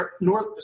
North